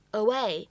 away